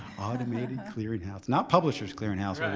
automated clearinghouse, not publisher's clearinghouse